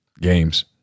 games